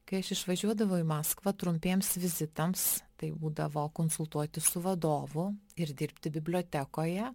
kai aš išvažiuodavau į maskvą trumpiems vizitams tai būdavo konsultuotis su vadovu ir dirbti bibliotekoje